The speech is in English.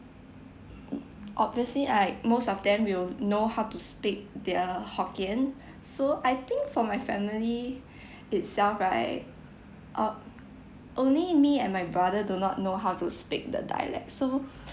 mm obviously like most of them will know how to speak their hokkien so I think for my family itself right um only me and my brother do not know how to speak the dialect so